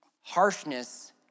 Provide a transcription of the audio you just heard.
harshness